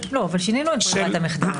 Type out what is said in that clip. אבל שינינו את ברירת המחדל.